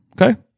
okay